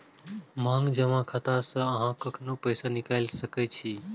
मांग जमा खाता सं अहां कखनो पैसा निकालि सकै छी